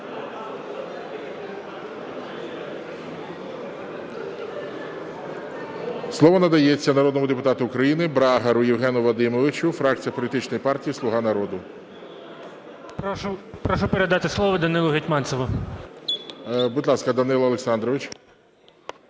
Слово надається народному депутату України Брагару Євгену Вадимовичу, фракція політичної партії "Слуга народу". 14:28:02 БРАГАР Є.В. Прошу передати слово Данилу Гетманцеву. ГОЛОВУЮЧИЙ. Будь ласка, Данило Олександрович.